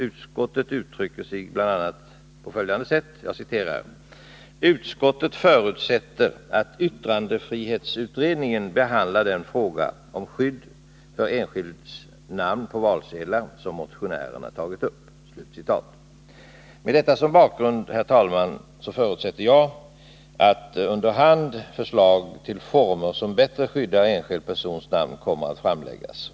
Utskottet uttrycker sig bl.a. på följande sätt: ”Utskottet förutsätter att yttrandefrihetsutredningen behandlar den fråga om skydd för den enskildes namn på valsedlar som motionärerna har tagit upp.” Med detta som bakgrund, herr talman, förutsätter jag att under hand förslag till former som bättre skyddar enskild persons namn kommer att framläggas.